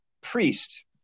priest